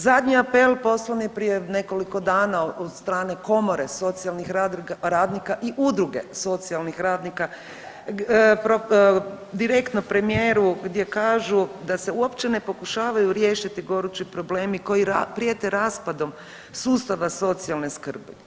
Zadnji apel poslan je prije nekoliko dana od strane Komore socijalnih radnika i Udruge socijalnih radnika, direktno premijeru gdje kažu da se uopće ne pokušavaju riješiti gorući problemi koji prijete raspadom sustava socijalne skrbi.